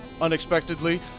Unexpectedly